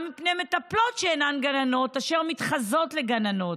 מפני מטפלות שאינן גננות ואשר מתחזות לגננות.